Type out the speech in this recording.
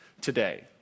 today